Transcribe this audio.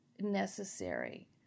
necessary